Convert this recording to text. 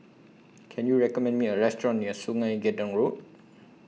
Can YOU recommend Me A Restaurant near Sungei Gedong Road